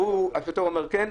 והשוטר אומר שכן,